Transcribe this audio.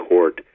Court